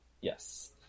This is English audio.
Yes